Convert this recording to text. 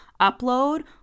upload